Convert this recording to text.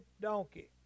donkey